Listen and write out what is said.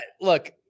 Look